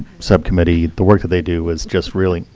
subcommittee, the work that they do is just really